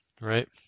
right